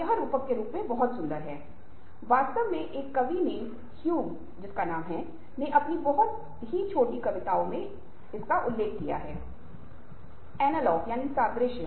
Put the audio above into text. यह हमारी बातचीत के तरीके शैली से संबंधित है जैसा कि मैंने पहले ही उल्लेख किया है कि कोई भी दो व्यक्ति एक समान तरीके से बात नहीं करेंगे